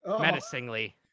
menacingly